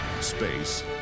space